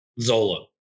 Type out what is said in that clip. Zola